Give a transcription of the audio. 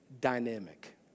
dynamic